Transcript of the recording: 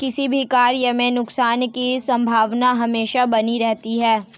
किसी भी कार्य में नुकसान की संभावना हमेशा बनी रहती है